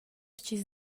chi’s